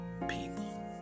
people